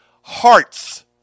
hearts